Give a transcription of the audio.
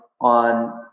on